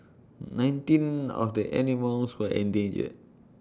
nineteen of the animals were endangered